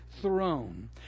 throne